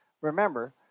remember